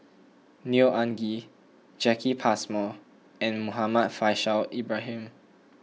Neo Anngee Jacki Passmore and Muhammad Faishal Ibrahim